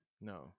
No